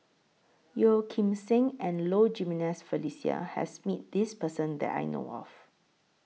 Yeo Kim Seng and Low Jimenez Felicia has Met This Person that I know of